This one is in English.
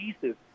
pieces